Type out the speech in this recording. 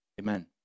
Amen